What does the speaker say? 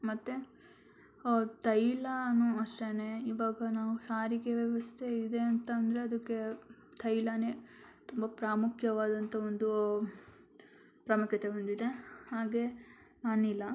ಮತ್ತು ತೈಲಾನೂ ಅಷ್ಟೆ ಇವಾಗ ನಾವು ಸಾರಿಗೆ ವ್ಯವಸ್ಥೆ ಇದೆ ಅಂತ ಅಂದರೆ ಅದಕ್ಕೆ ತೈಲನೇ ತುಂಬ ಪ್ರಾಮುಖ್ಯವಾದಂಥ ಒಂದು ಪ್ರಾಮುಖ್ಯತೆ ಹೊಂದಿದೆ ಹಾಗೆ ಅನಿಲ